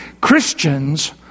Christians